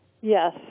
Yes